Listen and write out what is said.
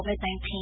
COVID-19